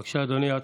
להדאיג את